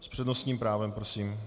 S přednostním právem, prosím.